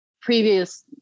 previous